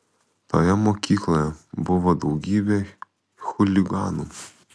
toje mokykloje buvo daugybė chuliganų